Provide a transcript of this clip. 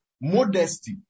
modesty